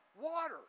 Water